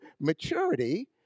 maturity